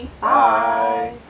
bye